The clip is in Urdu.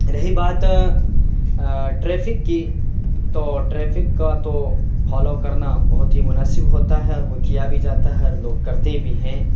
رہی بات ٹریفک کی تو ٹریفک کا تو پھالو کرنا بہت ہی مناسب ہوتا ہے اور وہ کیا بھی جاتا ہے اور لوگ کرتے بھی ہیں